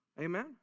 Amen